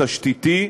תשתיתי,